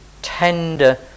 tender